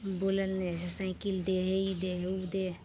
बोलै हइ साइकिल दे हे ई दे हे ओ दे